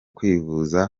kwivuza